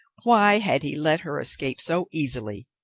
why, had he let her escape so easily?